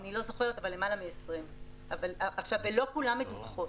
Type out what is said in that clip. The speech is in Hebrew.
אני לא זוכרת אבל למעלה מ-20, ולא כולן מדווחות.